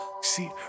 See